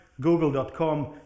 Google.com